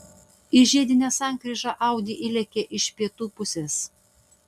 į žiedinę sankryžą audi įlėkė iš pietų pusės